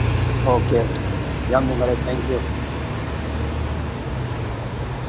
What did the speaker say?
okay okay ꯌꯥꯝ ꯅꯨꯡꯉꯥꯏꯔꯦ thank U